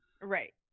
Right